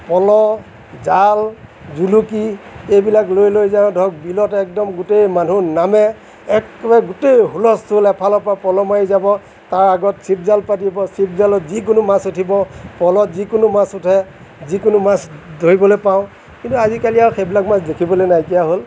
পল' জাল জুলুকি এইবিলাক লৈ লৈ যাওঁ ধৰক বিলত একদম গোটেই মানুহ নামে একেবাৰে গোটেই হূলস্থুল এফালৰপৰা পল' মাৰি যাব তাৰ আগত চিপজাল পাতিব চিপজালত যিকোনো মাছ উঠিব পল'ত যিকোনো মাছ উঠে যিকোনো মাছ ধৰিবলৈ পাওঁ কিন্তু আজিকালি আৰু সেইবিলাক মাছ দেখিবলৈ নাইকিয়া হ'ল